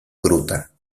gruta